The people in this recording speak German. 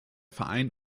verein